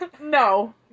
No